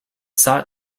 sought